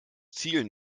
zielen